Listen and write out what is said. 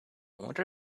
wonder